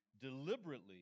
deliberately